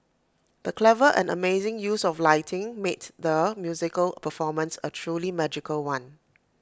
the clever and amazing use of lighting made the musical performance A truly magical one